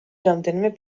რამდენიმე